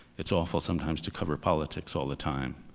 it's awful sometimes to cover politics all the time,